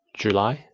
July